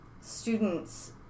students